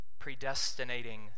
predestinating